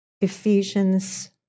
Ephesians